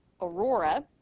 Aurora